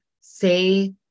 say